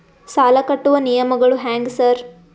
ಸಾಲ ಕಟ್ಟುವ ನಿಯಮಗಳು ಹ್ಯಾಂಗ್ ಸಾರ್?